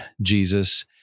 Jesus